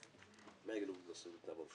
מילים.